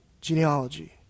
Genealogy